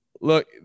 Look